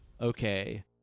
okay